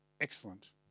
Excellent